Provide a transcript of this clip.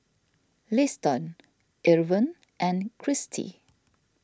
Liston Irven and Kristie